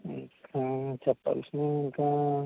చెప్పాల్సినవి ఇంకా